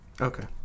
Okay